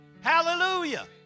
Hallelujah